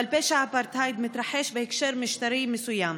אבל פשע האפרטהייד מתרחש בהקשר משטרי מסוים.